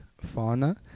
fauna